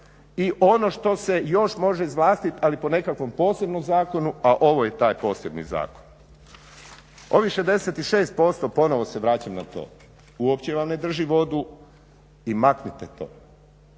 i ono što se još može izvlastiti ali po nekakvom posebnom zakonu a ovo je taj posebni zakon. Ovih 66% ponovo se vraćam na to, uopće vam ne drži vodu i maknite to.